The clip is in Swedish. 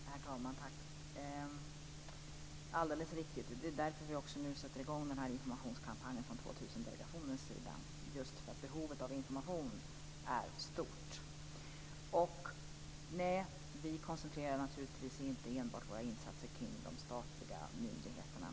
Herr talman! Det är alldeles riktigt. Det är därför vi nu också sätter i gång med den här informationskampanj från 2000-delegationens sida, alltså just för att behovet av information är stort. Nej, vi koncentrerar naturligtvis inte enbart våra insatser kring de statliga myndigheterna.